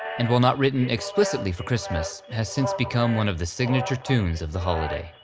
and while not written explicitly for christmas, has since become one of the signature tunes of the holiday.